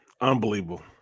unbelievable